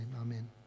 Amen